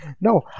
No